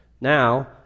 Now